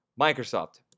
Microsoft